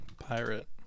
Pirate